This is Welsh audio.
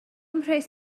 mhres